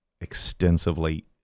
extensively